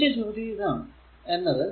എന്റെ ചോദ്യം എന്നത്